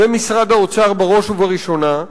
ומשרד האוצר בראש ובראשונה,